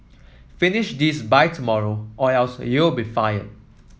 finish this by tomorrow or else you'll be fired